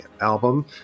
album